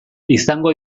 izango